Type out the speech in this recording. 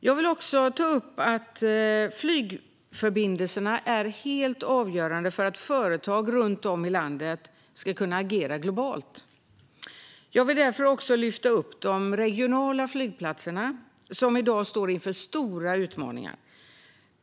Jag vill även ta upp att flygförbindelserna är helt avgörande för att företag runt om i landet ska kunna agera globalt. Jag vill därför lyfta upp de regionala flygplatserna, som i dag står inför stora utmaningar.